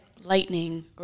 Lightning